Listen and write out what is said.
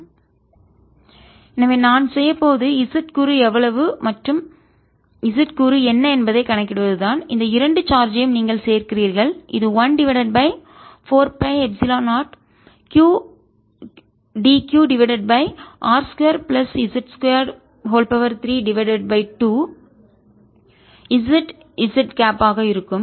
dF14π0qdzr2z232zzrx எனவே நான் செய்யப்போவது z கூறு எவ்வளவு மற்றும் z கூறு என்ன என்பதை கணக்கிடுவது தான் இந்த இரண்டு சார்ஜ்யும் நீங்கள் சேர்க்கிறீர்கள் இது 1 divided by 4 pi epsilon 0 qdq divided பைr 2 பிளஸ் z 2 32 zzஆக இருக்கும்